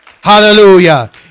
Hallelujah